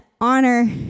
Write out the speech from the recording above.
honor